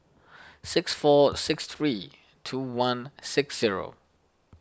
six four six three two one six zero